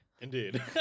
Indeed